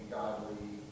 godly